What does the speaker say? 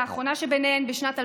האחרונה שבהן בשנת 2014,